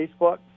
Facebook